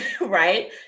right